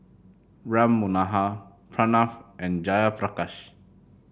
Ram Manohar Pranav and Jayaprakash